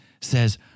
says